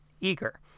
eager